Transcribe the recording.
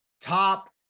Top